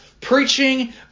preaching